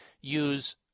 use